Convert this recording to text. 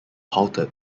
halted